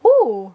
who